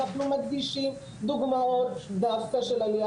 אנחנו מנגישים דוגמאות דווקא של העלייה